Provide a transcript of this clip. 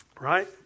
Right